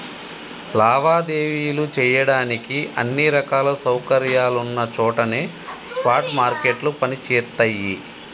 లావాదేవీలు చెయ్యడానికి అన్ని రకాల సౌకర్యాలున్న చోటనే స్పాట్ మార్కెట్లు పనిచేత్తయ్యి